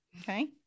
Okay